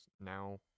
now